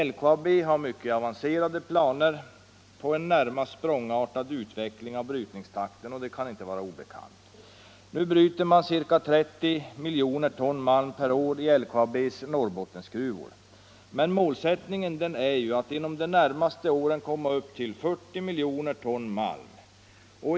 LKAB har mycket avancerade planer på en närmast språngartad utveckling av brytningstakten, och det kan inte vara obekant. Nu bryter man ca 30 miljoner ton malm per år i LKAB:s Norrbottensgruvor. Men målsättningen är att inom de närmaste åren komma upp till 40 miljoner ton malm.